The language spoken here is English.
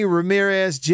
Ramirez